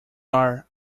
are